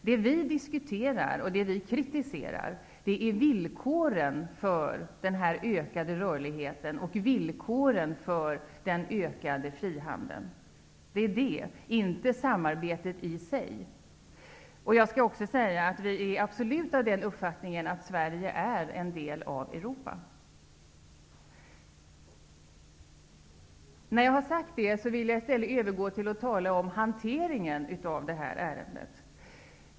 Det vi diskuterar och kritiserar är villkoren för den ökade rörligheten och villkoren för den ökade frihandeln, inte samarbetet i sig. Vi är absolut av den uppfattningen att Sverige är en del av Europa. Efter detta vill jag övergå till att tala om hanteringen av detta ärende.